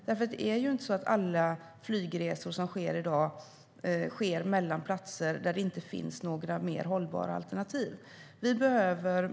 Det är ju inte så att alla flygresor som sker i dag sker mellan platser där det inte finns några mer hållbara alternativ.